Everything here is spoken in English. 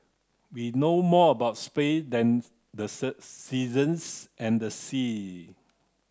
we know more about space than the seasons and the sea